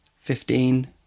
Fifteen